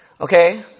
okay